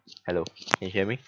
hello can you hear me